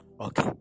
Okay